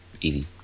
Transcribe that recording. easy